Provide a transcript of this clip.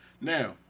Now